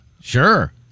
sure